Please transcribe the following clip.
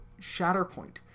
Shatterpoint